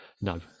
no